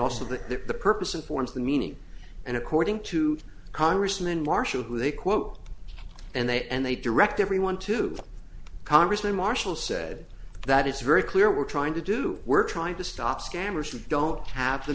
also that the purpose informs the meaning and according to congressman marshall who they quote and they and they direct everyone to congressman marshall said that it's very clear we're trying to do we're trying to stop scammers who don't have the